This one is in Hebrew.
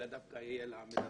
אלא דווקא תהיה למלווה.